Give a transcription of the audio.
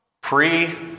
pre